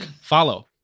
follow